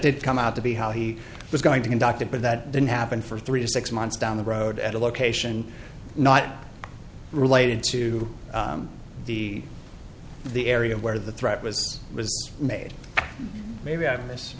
did come out to be how he was going to conduct it but that didn't happen for three to six months down the road at a location not related to the the area where the threat was was made maybe i miss